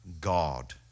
God